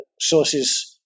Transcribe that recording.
sources